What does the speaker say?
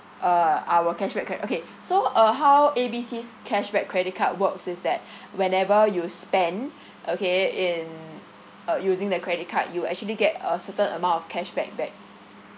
uh our cashback cred~ okay so uh how A B C's cashback credit card works is that whenever you spend okay in uh using the credit card you actually get a certain amount of cashback back